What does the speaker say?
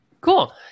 Cool